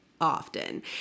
often